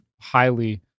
highly